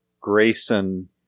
Grayson